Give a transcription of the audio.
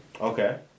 Okay